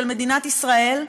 של מדינת ישראל?